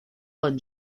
con